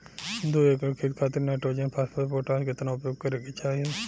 दू एकड़ खेत खातिर नाइट्रोजन फास्फोरस पोटाश केतना उपयोग करे के चाहीं?